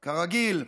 כרגיל,